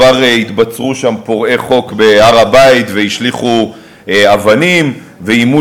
כבר התבצרו פורעי חוק בהר-הבית והשליכו אבנים ואיימו